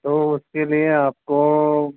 तो इसके लिए आपको